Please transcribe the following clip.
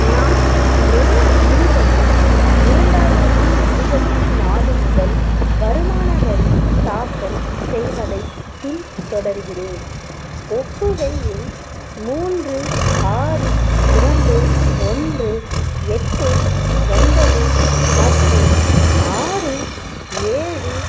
நான் மே இருபது இரண்டாயிரத்தி இருபத்தி நாலு முதல் வருமான வரி தாக்கல் செய்வதை பின்தொடர்கிறேன் ஒப்புகை எண் மூன்று ஆறு இரண்டு ஒன்று எட்டு ஒன்பது மற்றும் ஆறு ஏழு